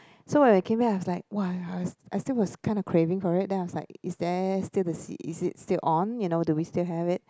so when I came back I was like !wah! I still was kind of craving for it then I was like is there still the is it still on you know do we still have it